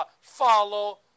follow